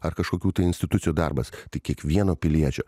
ar kažkokių tai institucijų darbas tai kiekvieno piliečio